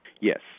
Yes